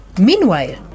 Meanwhile